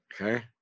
Okay